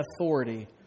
authority